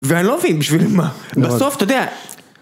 ואני לא מבין בשביל מה. בסוף, אתה יודע...